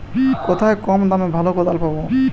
কোথায় কম দামে ভালো কোদাল পাব?